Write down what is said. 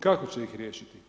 Kako će ih riješiti?